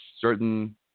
certain